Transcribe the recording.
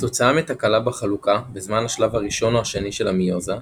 כתוצאה מתקלה בחלוקה בזמן השלב הראשון או השני של המיוזה,